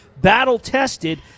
battle-tested